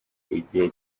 igihe